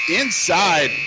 inside